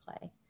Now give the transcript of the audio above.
play